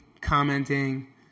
commenting